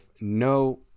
no